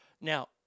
Now